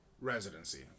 residency